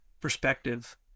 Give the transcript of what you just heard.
perspective